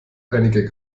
einige